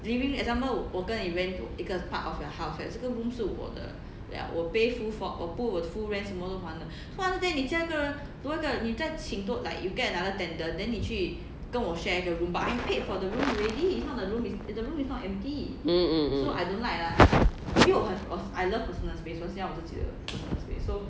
mm mm mm